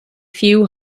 few